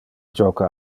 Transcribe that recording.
joca